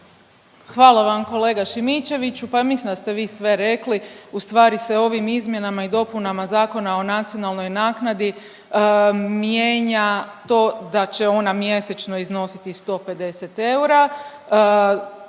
Hvala vam kolega Šimičeviću, pa ja mislim da ste vi sve rekli, ustvari se ovim izmjenama i dopunama Zakona o nacionalnoj naknadi mijenja to da će ona mjesečno iznositi 150 eura,